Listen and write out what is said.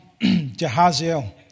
Jehaziel